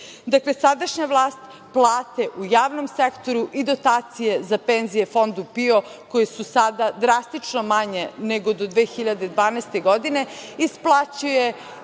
Dakle, sadašnja vlast plate u javnom sektoru i dotacije za penzije Fondu PIO, koje su sada drastično manje nego do 2012. godine isplaćuje